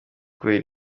kubera